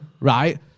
right